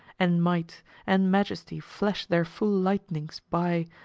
and might and majesty flash their full lightnings by,